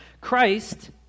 Christ